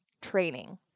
training